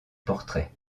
portraits